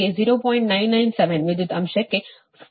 4 megawatt ಆಗಿದೆ